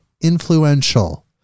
influential